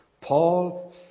Paul